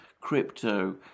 crypto